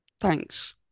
Thanks